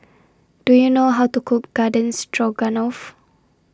Do YOU know How to Cook Garden Stroganoff